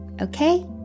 Okay